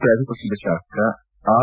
ಪ್ರತಿಪಕ್ಷದ ಶಾಸಕ ಆರ್